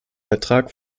vertrag